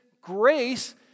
grace